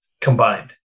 combined